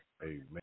Amen